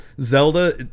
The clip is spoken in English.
Zelda